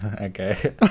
Okay